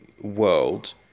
world